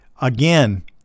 again